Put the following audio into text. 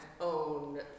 own